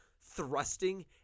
thrusting